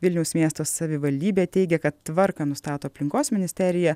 vilniaus miesto savivaldybė teigia kad tvarką nustato aplinkos ministerija